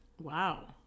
Wow